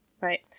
right